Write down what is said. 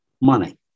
money